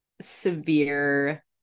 severe